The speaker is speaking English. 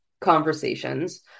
conversations